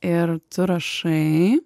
ir tu rašai